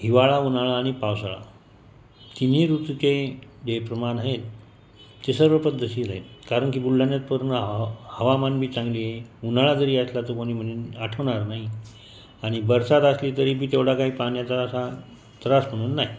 हिवाळा उन्हाळा आणि पावसाळा तिन्ही ऋतूचे जे प्रमाण आहेत ते सर्व पद्धतशीर आहेत कारण की बुलढाण्यात पूर्ण हवा हवामानबी चांगले आहे उन्हाळा जरी असला तर कोणी म्हणेल आठवणार नाही आणि बरसात असली तरीही तेवढा काही पाण्याचा असा त्रास होणार नाही